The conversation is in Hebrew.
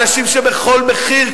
אנשים שבכל מחיר,